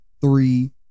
three